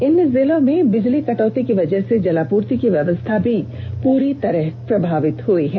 इन जिलो में बिजली कटौती की वजह से जलापूर्ति की व्यवस्था भी पूरी तरह प्रभावित हुई है